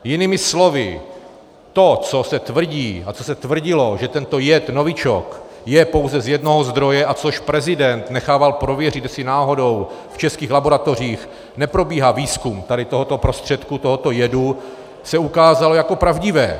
Jinými slovy to, co se tvrdí a co se tvrdilo, že tento jed novičok je pouze z jednoho zdroje, a což prezident nechával prověřit, jestli náhodou v českých laboratořích neprobíhá výzkum tady tohoto prostředku, tohoto jedu, se ukázalo jako pravdivé.